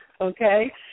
okay